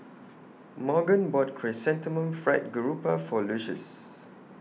Morgan bought Chrysanthemum Fried Garoupa For Lucius